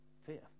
Fear